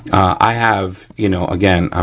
i have, you know, again, um